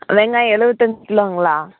வெங்காயம் எழுபத்தஞ்சி கிலோங்களா